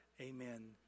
amen